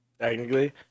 Technically